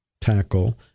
tackle